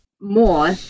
more